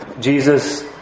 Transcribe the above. Jesus